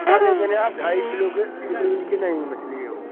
जिंदा आप ढाई किलो के तीन किलो के नीचे नहीं मछली है वो